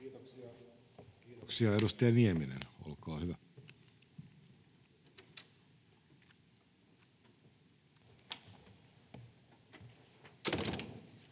Kiitoksia. — Edustaja Nieminen, olkaa hyvä. Arvoisa